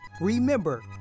Remember